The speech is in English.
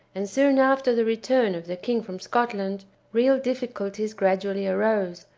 and, soon after the return of the king from scotland, real difficulties gradually arose,